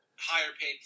higher-paid